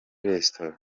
restaurant